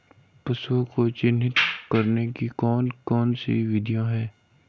पशुओं को चिन्हित करने की कौन कौन सी विधियां हैं?